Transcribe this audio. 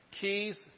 Keys